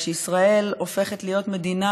כשישראל הופכת להיות מדינה